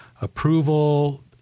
approval